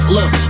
Look